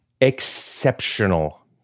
exceptional